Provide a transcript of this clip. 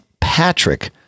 Patrick